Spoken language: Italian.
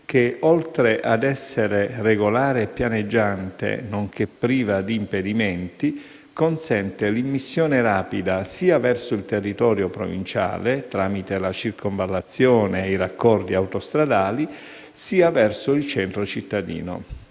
che, oltre ad essere regolare e pianeggiante, nonché priva di impedimenti, consente l'immissione rapida sia verso il territorio provinciale, tramite la circonvallazione e i raccordi autostradali, sia verso il centro cittadino.